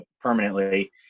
permanently